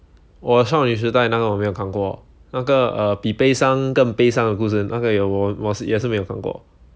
我少女时代那个我没有看过那个 err 比悲伤更悲伤的故事那个也我我也是没有看过